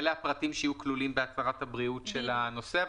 אלה הפרטים שיהיו כלולים בהצהרת הבריאות של הנושא?